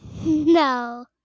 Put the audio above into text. No